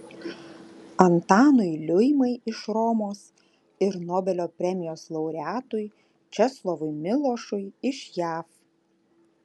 antanui liuimai iš romos ir nobelio premijos laureatui česlovui milošui iš jav